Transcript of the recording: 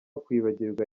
kwibagirwa